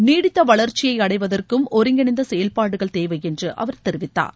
நீடித்த வளர்ச்சியை அடைவதற்கும் ஒருங்கிணைந்த செயல்பாடுகள் தேவை என்று அவர் தெரிவித்தார்